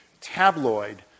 tabloid